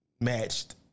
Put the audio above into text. matched